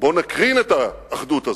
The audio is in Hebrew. בואו נקרין את האחדות הזאת,